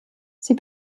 sie